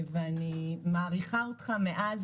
ואני מעריכה אותך מאז.